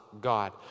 God